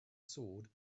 sword